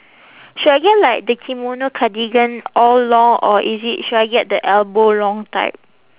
should I get like the kimono cardigan all long or is it should I get the elbow long type